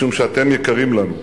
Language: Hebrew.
משום שאתם יקרים לנו.